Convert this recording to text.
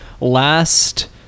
last